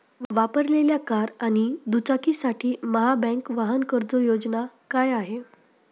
वापरलेल्या कार आणि दुचाकीसाठी महाबँक वाहन कर्ज योजना काय आहे?